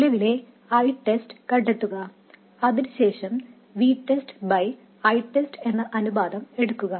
നിലവിലെ ITEST കണ്ടെത്തുക അതിനുശേഷം VTESTITEST എന്ന അനുപാതം എടുക്കുക